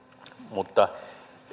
mutta